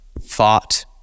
thought